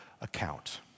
account